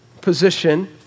position